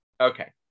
Okay